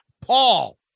Paul